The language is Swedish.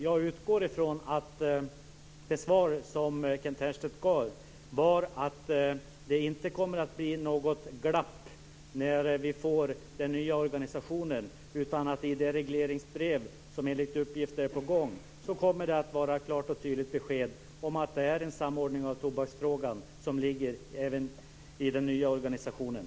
Jag utgår från att det svar som Kent Härstedt gav var att det inte kommer att bli något glapp när vi får den nya organisationen utan att det i det regleringsbrev som enligt uppgift är på gång kommer att finnas ett klart och tydligt besked om att det är en samordning av tobaksfrågan som ligger även i den nya organisationen.